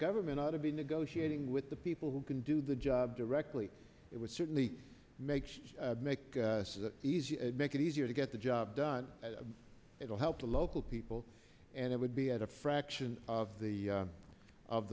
government ought to be negotiating with the people who can do the job directly it would certainly make make it easier make it easier to get the job done it will help the local people and it would be at a fraction of the